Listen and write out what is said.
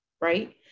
right